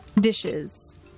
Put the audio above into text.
dishes